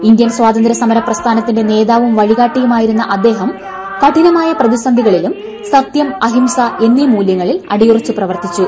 Indian സ്വാതന്ത്രൃസമര പ്രസ്ഥാനത്തിന്റെ നേതാവും വഴികാട്ടിയുമായിരുന്ന അദ്ദേഹം കഠിനമായ പ്രതിസന്ധിഘട്ടങ്ങളിലും സത്യം അഹിംസ എന്നീ മൂല്യങ്ങളിൽ അടിയുറച്ചു പ്രപ്ടർത്തിച്ചു